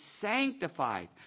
sanctified